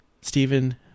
Stephen